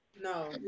No